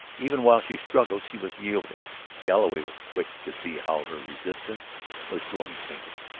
even while she struggled she was yielding galloway was quick to see how her resistance was growing fainter.